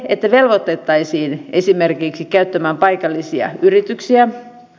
että velvoitettaisiin esimerkiksi käyttämään paikallisia yrityksiä